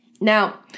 Now